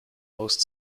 most